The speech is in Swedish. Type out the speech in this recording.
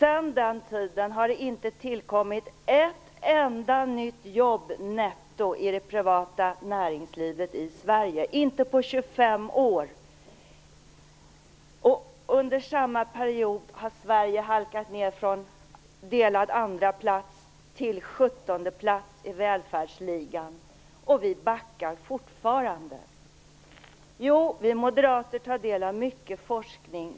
Sedan den tiden har det inte tillkommit ett enda nytt jobb netto i det privata näringslivet i Sverige, inte på 25 år. Och under samma period har Sverige halkat ned från delad andra plats till sjuttonde plats i välfärdsligan, och vi backar fortfarande. Jo, vi moderater tar del av mycken forskning.